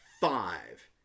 five